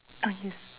yes